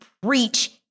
preach